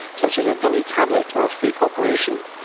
such as a dummy tablet or a fake operation.